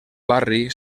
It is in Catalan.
barri